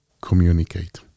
communicate